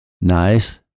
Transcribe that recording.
nice